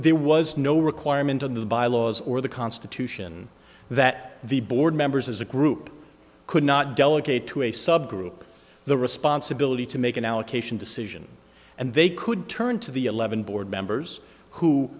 there was no requirement on the bylaws or the constitution that the board members as a group could not delegate to a subgroup the responsibility to make an allocation decision and they could turn to the eleven board members who